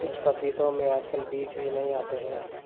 कुछ पपीतों में आजकल बीज भी नहीं आते हैं